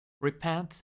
Repent